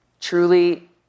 Truly